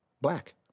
black